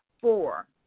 Four